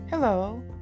Hello